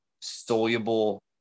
soluble